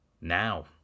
Now